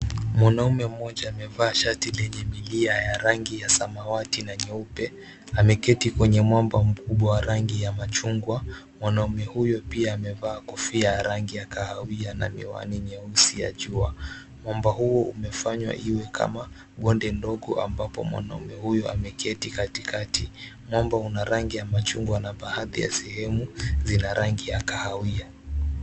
Mwanaume mmoja amevaa shati lenye milia ya rangi ya samawati na nyeupe. Ameketi kwenye mwamba mkubwa wa rangi ya machungwa. Mwanaume huyu pia amevaa kofia ya rangi ya kahawia na miwani nyeusi ya jua. Mwamba huu umefanywa kama blonde ndogo ambako mwanaume huyu ameketi katikati. Mwamba una rangi ya chuma na baadhi ya sehemu zina rangi ya kahawia.